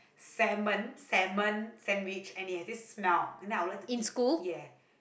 Salmon Salmon sandwich and it have this smell and then I would like to eat ya